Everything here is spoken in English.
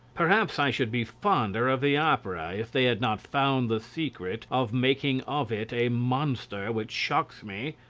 perhaps i should be fonder of the opera if they had not found the secret of making of it a monster which shocks me.